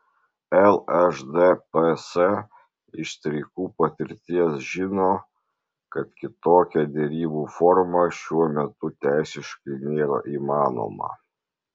lšdps iš streikų patirties žino kad kitokia derybų forma šiuo metu teisiškai nėra įmanoma